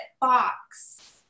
box